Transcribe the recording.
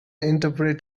interpret